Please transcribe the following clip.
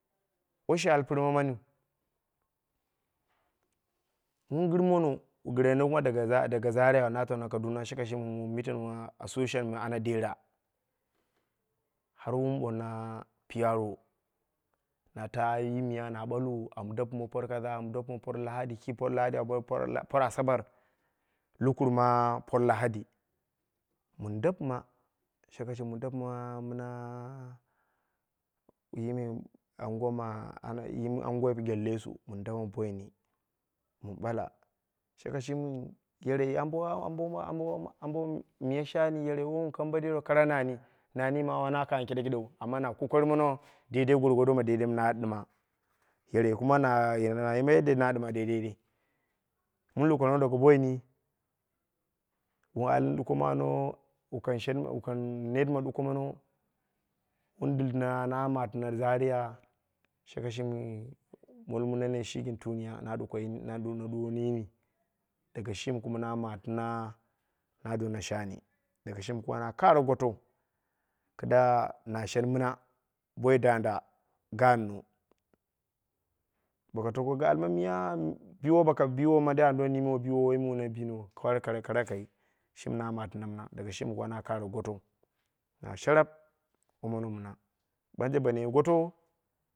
Woshe al pirma maniu, wu gir mono, wu girene daga zaria na tana kaduna, shaka shimi wun meeting ma association ma ana dera. Har wun bonna pro. Na ta yi miya na balwu am dapma por kaza, am dapma por lahadi, por asabar nikurma por lahadi. min dapma, shaka shimi min dapma mina, yimmi anguwa gyallesu min dapma boini min ɓala. Shaka shimi yerei ambo ma ambo miya shani, yerei wowun kang bo derau, kara nani. Nani ma wona kangha kiɗekiɗeu. Amma na kokari mono daidai gorgodo ma daidai mi ɗa na ɗima. Yerei kuma na yimai yadda na mi na ɗima daidai dai. Min lukurama daga boini, wu al duko mono, wu kang net ma duko mono. Wun diltina na matina zaria. Shaka shimi molmu nene shi gin tuniya, na duko, na dukno yini. Daga shimi kuma na matina na dona shani. Daga shimi wona kara gotou kida na shen mina, boi danda ganno, boko tako ga ali ma miya biwo mandei an do nimwo biwo? Woi mu ne binou, kara kai, shimi na matina mina, daga shimi wona kara gotou. Na sharap womono mina. Banje bono ye goto,